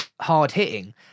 hard-hitting